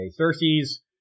Cersei's